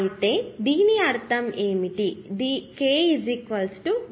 అయితే దీని అర్థం ఏమిటి K 1